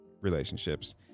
relationships